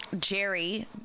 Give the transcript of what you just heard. jerry